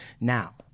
Now